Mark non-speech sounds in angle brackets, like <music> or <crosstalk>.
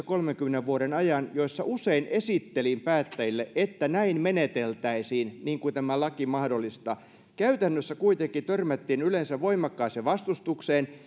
<unintelligible> kolmenkymmenen vuoden ajan sellaisissa virkatehtävissä joissa usein esittelin päättäjille että meneteltäisiin niin kuin tämä laki mahdollistaa käytännössä kuitenkin törmättiin yleensä voimakkaaseen vastustukseen <unintelligible>